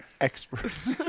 experts